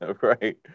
Right